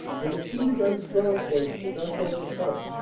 the machine-gun strong points were thus overcome,